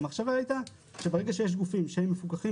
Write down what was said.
המחשבה הייתה שברגע שיש גופים שהם מפוקחים